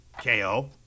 K-O